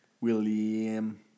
William